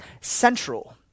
central